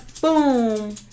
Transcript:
Boom